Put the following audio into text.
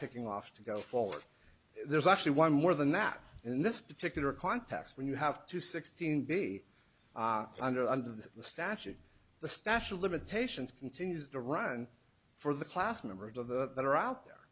picking off to go forward there's actually one more than that in this particular context when you have two sixteen day under under the statute the statue of limitations continues to run for the class members of the that are out there